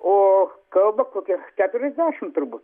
o kalba kokias keturiasdešimt turbūt